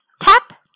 Tap